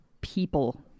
People